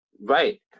right